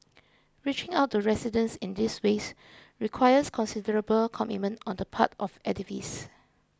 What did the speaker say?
reaching out to residents in these ways requires considerable commitment on the part of activists